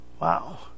Wow